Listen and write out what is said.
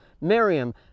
Miriam